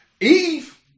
Eve